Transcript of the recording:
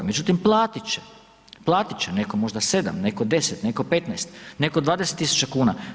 Međutim platiti će, platiti će, netko možda 7, netko 10, netko 15, netko 20 tisuća kuna.